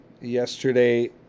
yesterday